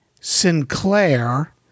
Sinclair